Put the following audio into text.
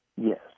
Yes